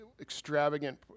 extravagant